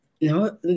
No